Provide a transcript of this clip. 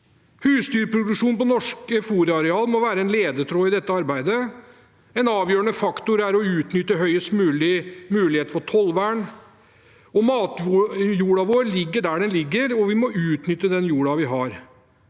Husdyrproduksjon på norske fôrarealer må være en ledetråd i dette arbeidet. En avgjørende faktor er å utnytte muligheten for tollvern så mye som mulig. Matjorda vår ligger der den ligger, og vi må utnytte den jorda vi har.